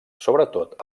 sobretot